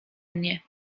mnie